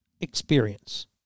experience